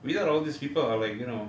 without all these people are like you know